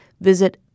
visit